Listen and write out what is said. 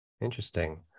interesting